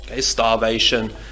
starvation